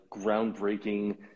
groundbreaking